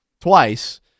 twice